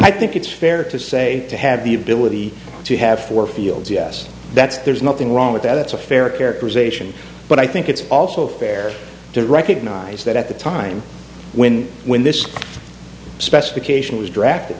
i think it's fair to say to have the ability to have four fields yes that's there's nothing wrong with that it's a fair characterization but i think it's also fair to recognize that at the time when when this specifications was drafted